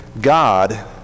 God